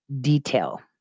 Detail